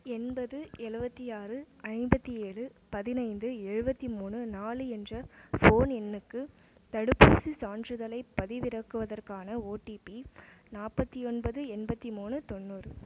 எண்பது எழுபத்தி ஆறு ஐம்பத்து ஏழு பதினைந்து எழுபத்தி மூணு நாலு என்ற ஃபோன் எண்ணுக்கு தடுப்பூசிச் சான்றிதழைப் பதிவிறக்குவதற்கான ஓடிபி நாற்பத்தி ஒன்பது எண்பத்து மூணு தொண்ணூறு